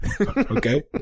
Okay